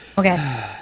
Okay